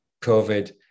COVID